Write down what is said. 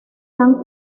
dan